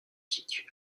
situe